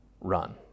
run